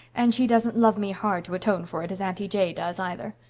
and she doesn't love me hard to atone for it, as aunty j. does, either.